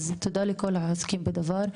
תודה לכל העוסקים בדבר,